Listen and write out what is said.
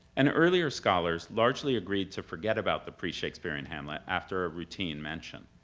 and earlier scholars largely agreed to forget about the pre-shakespearean hamlet after a routine mention.